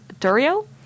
Durio